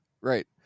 right